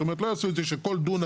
זאת אומרת לא יעשו את זה שלכל דונם